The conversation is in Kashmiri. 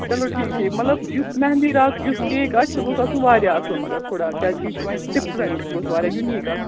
چلو ٹھیٖک ٹھیٖک مطلب یُس مہنٛدی رات یُس کیک آسہِ سُہ گوٚژھ آسُن واریاہ اَصٕل مگر تھوڑا کیٛازِ کہِ یہِ چھُ وۄنۍ ڈِفرَنٛٹ گوٚژھ واریاہ یُنیٖک آ